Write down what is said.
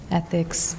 ethics